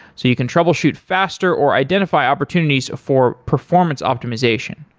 so you can troubleshoot faster, or identify opportunities for performance optimization.